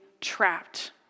trapped